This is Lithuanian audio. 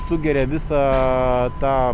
sugeria visą tą